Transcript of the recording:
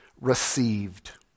Received